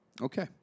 Okay